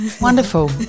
Wonderful